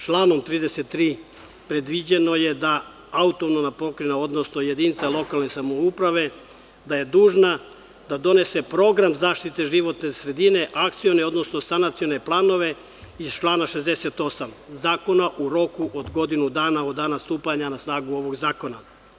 Članom 33. predviđeno je da autonomna pokrajina odnosno jedinica lokalne samouprave je dužna da donese program zaštite životne sredine, akcione odnosno sanacione planove iz člana 68. zakona, u roku od godinu dana od dana stupanja na snagu ovog zakona.